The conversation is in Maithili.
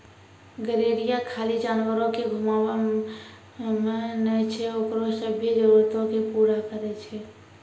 गरेरिया खाली जानवरो के घुमाबै नै छै ओकरो सभ्भे जरुरतो के पूरा करै छै